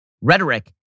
rhetoric